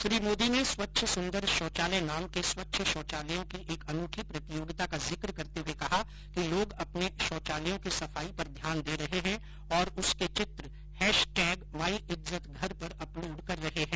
श्री मोदी ने स्वच्छ सुंदर शौचालय नाम के स्वच्छ शौचालयों की एक अनूठी प्रतियोगिता का जिक्र करते हए कहा कि लोग अपने शौचालयों की सफाई पर ध्यान दे रहे हैं और उसके चित्र हैशटैग माईइज्ज्तघर पर अपलोड कर रहे हैं